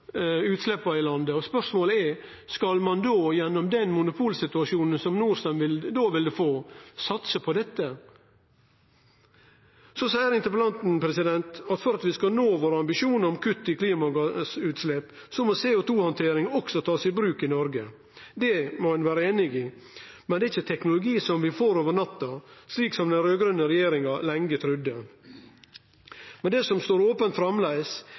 utsleppa i landet. Og spørsmålet er: Skal ein gjennom den monopolsituasjonen som Norcem då ville få, satse på dette? Så seier interpellanten at for at vi skal nå våre ambisjonar om kutt i klimagassutslepp, må ein også ta CO2-handtering i bruk i Noreg. Det kan ein vere einig i, men det er ikkje teknologi som vi får over natta, slik som den raud-grøne regjeringa lenge trudde. Men det som framleis står